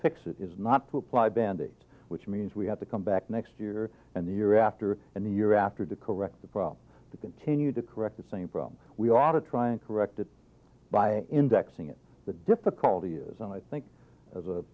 fix it is not to apply bandaids which means we have to come back next year and the year after and the year after to correct the problem to continue to correct the same from we ought to try and correct it by indexing it the difficulty is and i think as a